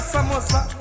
Samosa